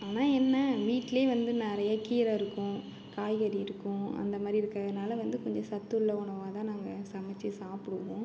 ஆனால் என்ன வீட்டில் வந்து நிறைய கீரை இருக்கும் காய்கறி இருக்கும் அந்த மாதிரி இருக்கிறனால வந்து கொஞ்சம் சத்துள்ள உணவாகதான் நாங்கள் சமச்சு சாப்பிடுவோம்